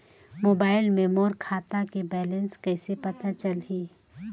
Mobile मे मोर खाता के बैलेंस कइसे पता चलही?